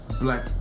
black